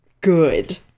good